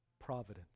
Providence